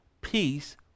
peace